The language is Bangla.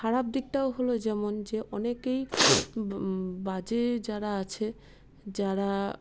খারাপ দিকটাও হল যেমন যে অনেকেই বাজে যারা আছে যারা